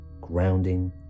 grounding